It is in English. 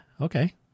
Okay